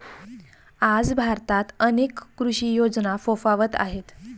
आज भारतात अनेक कृषी योजना फोफावत आहेत